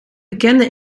bekende